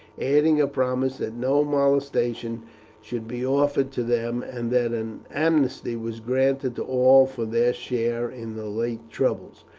adding a promise that no molestation should be offered to them, and that an amnesty was granted to all for their share in the late troubles.